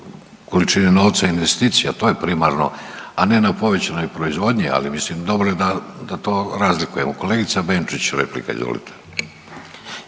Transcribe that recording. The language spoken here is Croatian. količini novac investicija to je primarno, a ne na povećanoj proizvodnji, ali mislim dobro je da to razlikujemo. Kolegica Benčić replika, izvolite.